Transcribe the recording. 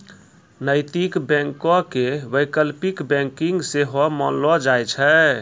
नैतिक बैंको के वैकल्पिक बैंकिंग सेहो मानलो जाय छै